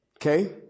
Okay